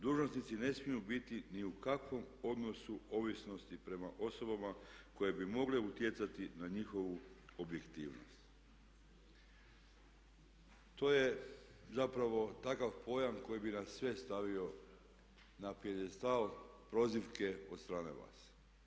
Dužnosnici ne smiju biti ni u kakvom odnosu ovisnosti prema osobama koje bi mogle utjecati na njihovu objektivnost." To je zapravo takav pojam koji bi nas sve stavio na pijedestal prozivke od strane vas.